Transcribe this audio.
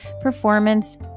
performance